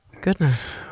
Goodness